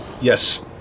Yes